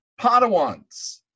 Padawans